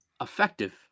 effective